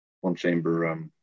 one-chamber